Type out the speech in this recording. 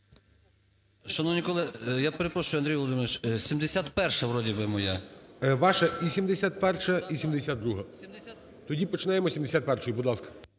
Шановні колеги! Я перепрошую, Андрій Володимирович, 71-а, вроде бы, моя? ГОЛОВУЮЧИЙ. Ваша і 71-а, і 72-а. Тоді починаємо із 71-ї, будь ласка.